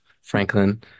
Franklin